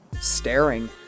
staring